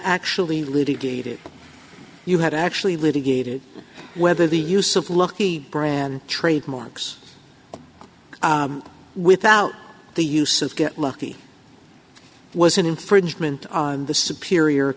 actually litigated you had actually litigated whether the use of lucky brand trademarks without the use of get lucky was an infringement on the superior